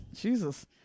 Jesus